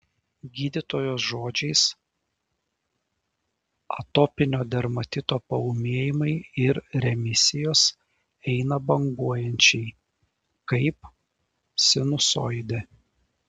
gydytojos žodžiais atopinio dermatito paūmėjimai ir remisijos eina banguojančiai kaip sinusoidė